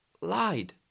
lied